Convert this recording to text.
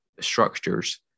structures